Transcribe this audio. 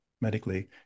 medically